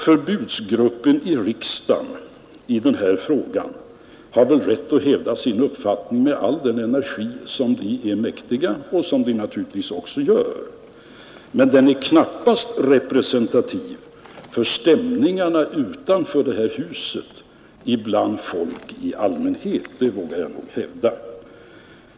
Förbudsgruppen i riksdagen i denna fråga har rätt att hävda sin uppfattning med all den energi som den är mäktig, vilket den naturligtvis också gör, men den är knappast representativ för stämningarna utanför detta hus bland folk i allmänhet, det vågar jag hävda.